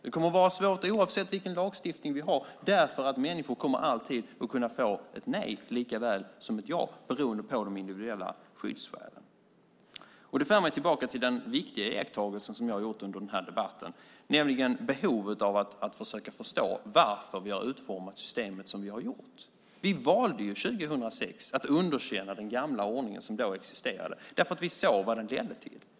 Det kommer att vara svårt oavsett vilken lagstiftning vi har, därför att människor alltid kommer att kunna få ett nej likaväl som ett ja beroende på de individuella skyddsskälen. Det för mig tillbaka till den viktiga iakttagelse som jag har gjort under den här debatten, nämligen behovet av att försöka förstå varför vi har utformat systemet som vi har gjort. Vi valde 2006 att underkänna den gamla ordning som då existerade, därför att vi såg vad den ledde till.